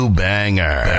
banger